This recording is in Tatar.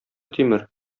тимер